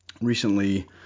recently